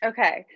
Okay